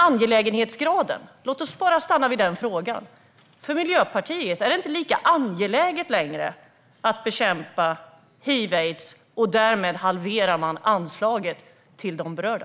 Men låt oss stanna vid frågan om angelägenhetsgraden. Är det inte längre lika angeläget för Miljöpartiet att bekämpa hiv/aids? Är det därför man halverar anslaget till de berörda?